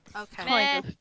Okay